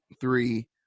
three